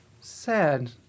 sad